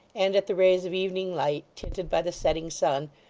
and at the rays of evening light, tinted by the setting sun,